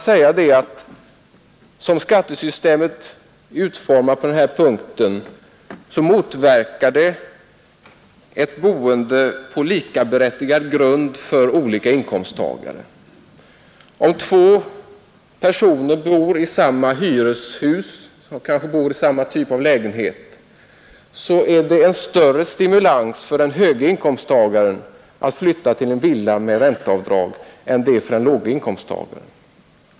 Som skattesystemet är utformat motverkar det dessutom ett boende på likaberättigad grund för olika inkomsttagare. Om två personer bor i samma hyreshus och i samma slags lägenhet är det en större stimulans för den höge inkomsttagaren att flytta till en villa med ränteavdrag än det är för den låge inkomsttagaren.